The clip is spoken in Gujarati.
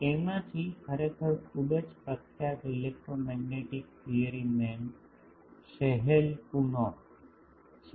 તેમાં થી ખરેખર ખૂબ પ્રખ્યાત ઇલેક્ટ્રોમેગ્નેટિક થિયરી મેન શેહેલકુનોફ છે